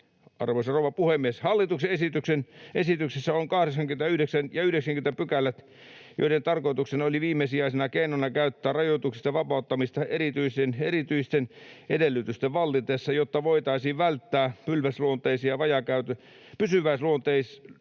Arvoisa rouva puhemies! Hallituksen esityksessä on 89 ja 90 §:t, joiden tarkoituksena oli viimesijaisena keinona käyttää rajoituksista vapauttamista erityisten edellytysten vallitessa, jotta voitaisiin välttää pysyväisluonteisesta vajaakäytöstä